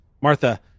Martha